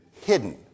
Hidden